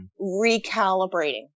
recalibrating